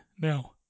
now